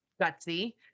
gutsy